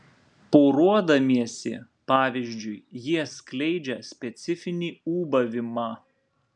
poruodamiesi pavyzdžiui jie skleidžia specifinį ūbavimą